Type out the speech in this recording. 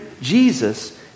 Jesus